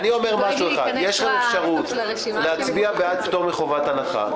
יש לכם אפשרות להצביע בעד פטור מחובת הנחה,